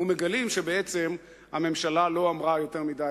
ומגלים שבעצם הממשלה לא אמרה יותר מדי,